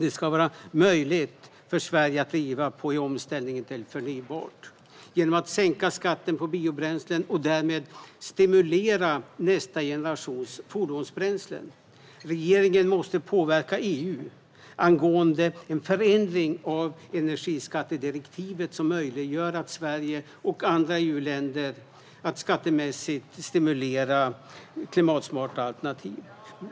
Det ska vara möjligt för Sverige att driva på i omställningen till det förnybara genom att sänka skatten på biobränslen och därmed stimulera nästa generations fordonsbränslen. Regeringen måste påverka EU angående en förändring av energiskattedirektivet som möjliggör för Sverige och andra EU-länder att skattemässigt stimulera klimatsmarta alternativ.